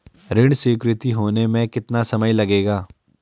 ऋण स्वीकृति होने में कितना समय लगेगा?